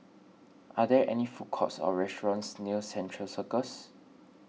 are there any food courts or restaurants near Central Circus